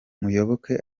muyoboke